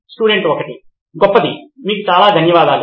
student 1 గొప్పది మీకు చాలా ధన్యవాదాలు